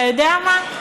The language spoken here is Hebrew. אתה יודע מה?